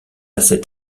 cet